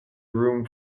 room